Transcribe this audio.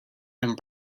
and